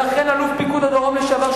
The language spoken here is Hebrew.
ולכן אלוף פיקוד הדרום לשעבר,